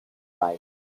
right